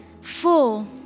full